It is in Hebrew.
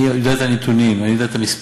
אני יודע את הנתונים, אני יודע את המספרים.